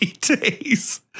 days